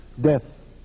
Death